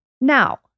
Now